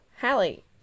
Hallie